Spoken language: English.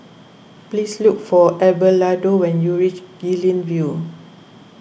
please look for Abelardo when you reach Guilin View